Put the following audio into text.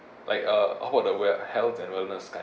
like uh how about the well health and wellness kind